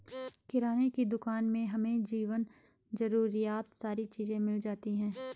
किराने की दुकान में हमें जीवन जरूरियात सारी चीज़े मिल जाती है